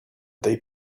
they